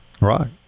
Right